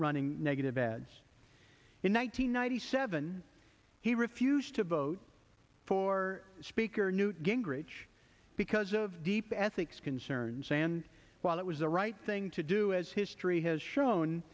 running negative ads in one nine hundred ninety seven he refused to vote for speaker newt gingrich because of deep ethics concerns and while it was the right thing to do as history has shown